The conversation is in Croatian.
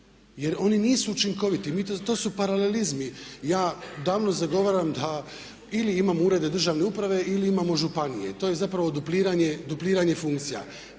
jer oni nisu učinkoviti. Mi to, to su paralelizmi. Ja davno zagovaram da ili imamo urede državne uprave ili imamo županije. To je zapravo dupliranje funkcija.